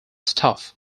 staff